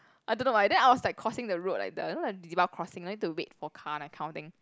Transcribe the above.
I don't know why then I was like crossing the road like the you know the zebra crossing need to wait for car that kind of thing